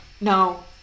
No